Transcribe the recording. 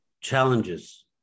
challenges